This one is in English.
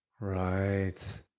Right